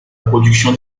production